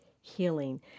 healing